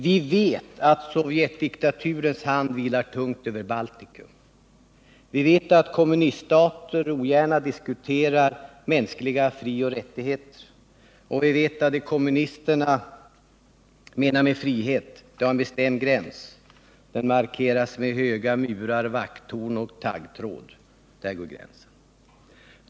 Vi vet att sovjetdiktaturens hand vilar tungt över Baltikum, vi vet att kommuniststater ogärna diskuterar mänskliga frioch rättigheter och vi vet att vad kommunisterna menar med frihet har en bestämd gräns: den markeras med höga murar, vakttorn och taggtråd. Där går gränsen.